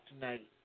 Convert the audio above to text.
tonight